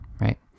right